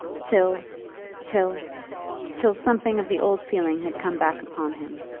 till till till something of the old feeling had come back upon him.